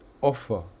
offer